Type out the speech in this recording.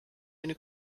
eine